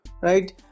right